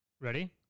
Ready